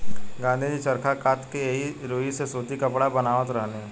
गाँधी जी चरखा कात के एही रुई से सूती कपड़ा बनावत रहनी